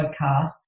podcast